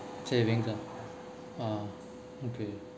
saving ah ah okay